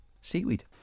seaweed